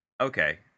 Okay